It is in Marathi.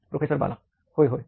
प्रोफेसर बाला होय होय